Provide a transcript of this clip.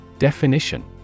Definition